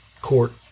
court